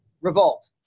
Revolt